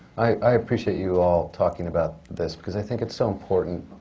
i appreciate you all talking about this, because i think it's so important.